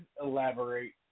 elaborate